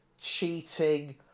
cheating